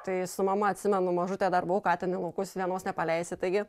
tai su mama atsimenu mažutė dar buvau ką ten į laukus vienos nepaleisi taigi